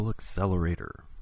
Accelerator